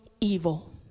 evil